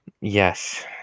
Yes